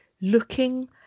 looking